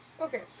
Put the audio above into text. Okay